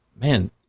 man